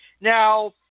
Now